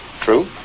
True